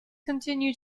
continue